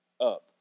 up